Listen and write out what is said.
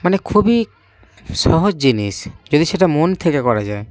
মানে খুবই সহজ জিনিস যদি সেটা মন থেকে করা যায়